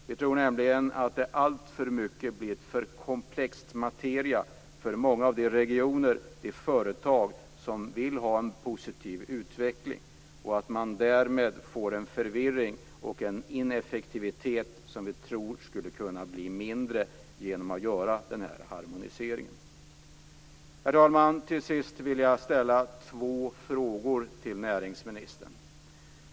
Vi tror nämligen att det alltför mycket har blivit en för komplex materia för många av de regioner och företag som vill ha en positiv utveckling och att det därmed blivit en förvirring och en ineffektivitet, som skulle kunna bli mindre genom en harmonisering. Herr talman! Till sist vill jag ställa två frågor till näringsministern.